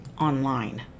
online